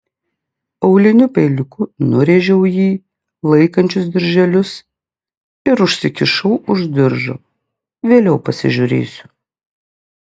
auliniu peiliuku nurėžiau jį laikančius dirželius ir užsikišau už diržo vėliau pasižiūrėsiu